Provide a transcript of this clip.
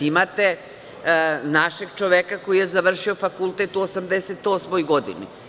Imate našeg čoveka koji je završio fakultet u 88. godini.